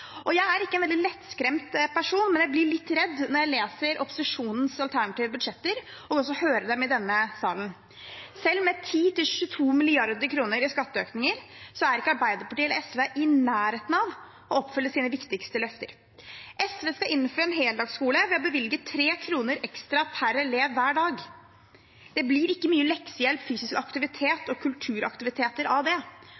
Jeg er ikke en veldig lettskremt person, men jeg blir litt redd når jeg leser opposisjonens alternative budsjetter og også hører dem i denne salen. Selv med 10–22 mrd. kr i skatteøkninger er ikke Arbeiderpartiet eller SV i nærheten av å oppfylle sine viktigste løfter. SV skal innfri en heldagsskole ved å bevilge 3 kr ekstra per elev hver dag. Det blir ikke mye leksehjelp, fysisk aktivitet